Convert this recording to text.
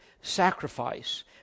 sacrifice